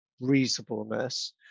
reasonableness